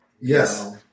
Yes